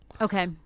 Okay